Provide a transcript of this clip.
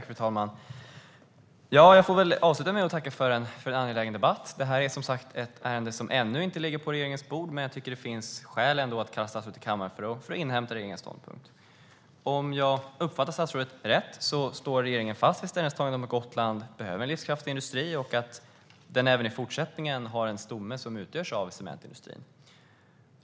Fru talman! Jag får avsluta med att tacka för en angelägen debatt. Det är som sagt ett ärende som ännu inte ligger på regeringens bord. Men jag tycker ändå att det finns skäl att kalla statsrådet till kammaren för att inhämta regeringens ståndpunkt. Om jag uppfattar statsrådet rätt står regeringen fast vid ställningstagandet att Gotland behöver en livskraftig industri och att den även i fortsättningen har en stomme som utgörs av cementindustrin.